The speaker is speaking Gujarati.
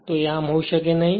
તે આમ હોય શકે નહી